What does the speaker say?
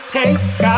take